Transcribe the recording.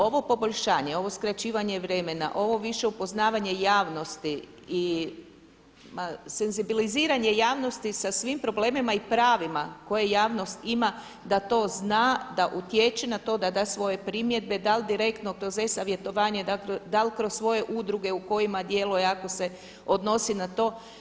Ovo poboljšanje, ovo skraćivanje vremena, ovo više upoznavanje javnosti i senzibiliziranje javnosti sa svim problemima i pravima koje javnost ima, da to zna, da utječe na to, da da svoje primjedbe, da li direktno kroz e-savjetovanje, da li kroz svoje udruge u kojima djeluje ako se odnosi na to.